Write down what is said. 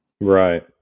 Right